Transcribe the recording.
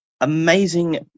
amazing